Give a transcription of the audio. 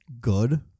good